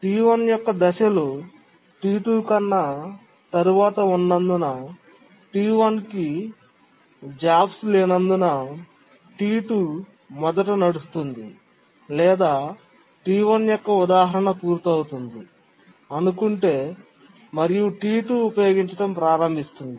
T1 యొక్క దశలు T2 కన్నా తరువాత ఉన్నందున T1 కి ఉద్యోగాలు లేనందున T2 మొదట నడుస్తుంది లేదా T1 యొక్క ఉదాహరణ పూర్తయింది అనుకుంటే మరియు T2 ఉపయోగించడం ప్రారంభిస్తుంది